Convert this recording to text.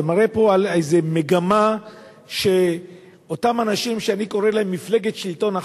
זה מראה פה על איזה מגמה שאותם אנשים שאני קורא להם מפלגת שלטון החוק,